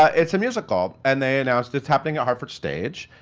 ah it's a musical, and they announced it's happening at hartford stage.